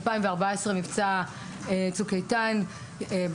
ב-2014 היה בקיץ מבצע "צוק איתן",